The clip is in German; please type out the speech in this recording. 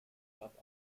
gab